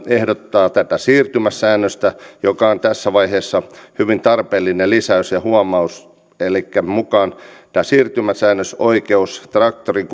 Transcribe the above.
ehdottaa tätä siirtymäsäännöstä joka on tässä vaiheessa hyvin tarpeellinen lisäys ja huomio elikkä tämä siirtymäsäännösoikeus traktorin